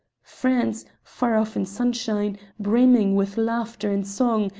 france, far off in sunshine, brimming with laughter and song,